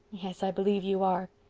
yes, i believe you are.